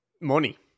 money